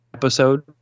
Episode